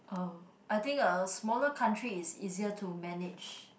oh I think a smaller country is easier to manage